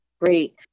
Great